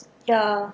ya